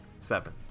seven